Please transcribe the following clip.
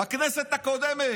בכנסת הקודמת?